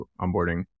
onboarding